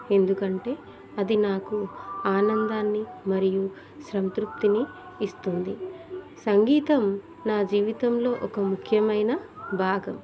ఎందుకంటే అది నాకు ఆనందాన్ని మరియు సంతృప్తిని ఇస్తుంది సంగీతం నా జీవితంలో ఒక ముఖ్యమైన భాగం